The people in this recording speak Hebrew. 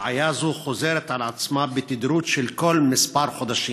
בעיה זו חוזרת על עצמה בתדירות של כל כמה חודשים,